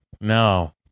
No